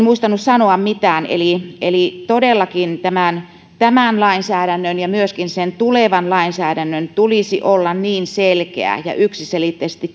muistanut sanoa mitään eli eli todellakin tämän tämän lainsäädännön ja myöskin sen tulevan lainsäädännön tulisi olla niin selkeitä ja yksiselitteisesti